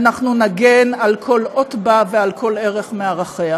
אנחנו נגן על כל אות בה ועל כל ערך מערכיה.